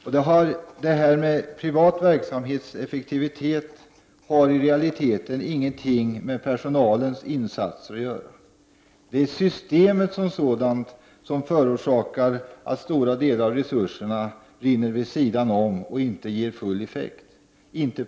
I realiteten har frågan om privat verksamhets effektivitet ingenting med personalens insatser att göra. Det är systemet som sådant som förorsakar att stora delar av resurserna rinner vid sidan om och inte ger full effekt.